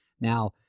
Now